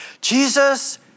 Jesus